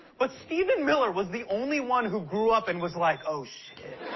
but stephen miller was the only one who grew up and was like, oh shit.